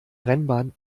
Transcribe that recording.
rennbahn